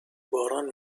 باران